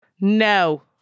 No